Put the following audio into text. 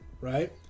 right